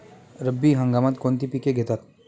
रब्बी हंगामात कोणती पिके घेतात?